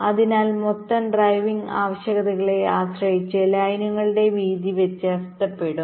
അതിനാൽ മൊത്തം ഡ്രൈവിംഗ് ആവശ്യകതകളെ ആശ്രയിച്ച് ലൈനുകളുടെ വീതി വ്യത്യാസപ്പെടും